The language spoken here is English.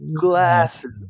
glasses